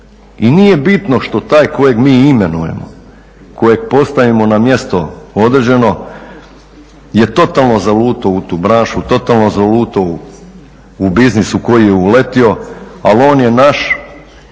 i nije bitno što taj kojeg mi imenujemo, kojeg postavimo na mjesto određeno je totalno zalutao u tu branšu, totalno zalutao u biznis u koji je uletio, ali on je naš